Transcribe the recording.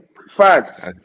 Facts